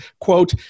quote